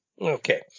Okay